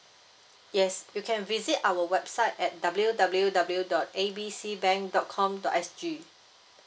yes you can visit our website at W_W_W dot A B C bank dot com dot S G